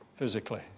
Physically